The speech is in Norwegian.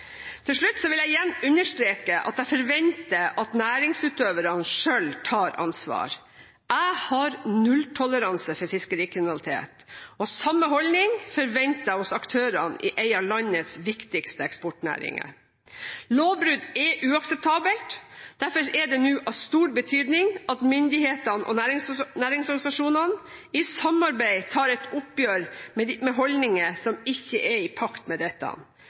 Til slutt vil jeg igjen understreke at jeg forventer at næringsutøverne selv tar ansvar. Jeg har nulltoleranse for fiskerikriminalitet. Samme holdning forventer jeg hos aktørene i en av landets viktigste eksportnæringer. Lovbrudd er uakseptabelt. Derfor er det nå av stor betydning at myndighetene og næringsorganisasjonene i samarbeid tar et oppgjør med holdninger som ikke er i pakt med dette.